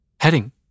Heading